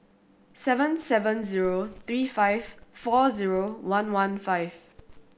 seven seven zero three five four zero one one five